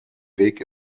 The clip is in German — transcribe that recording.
weg